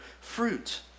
fruit